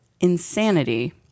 Insanity